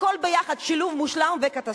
הכול יחד, שילוב מושלם וקטסטרופלי.